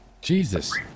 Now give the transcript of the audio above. jesus